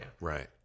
Right